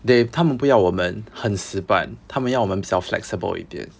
they 他们不要我们很死板他们要我们比较 flexible 一点